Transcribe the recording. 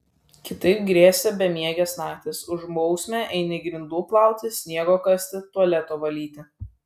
kitaip grėsė bemiegės naktys už bausmę eini grindų plauti sniego kasti tualeto valyti